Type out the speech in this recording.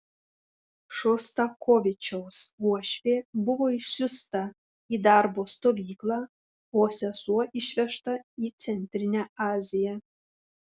šostakovičiaus uošvė buvo išsiųsta į darbo stovyklą o sesuo išvežta į centrinę aziją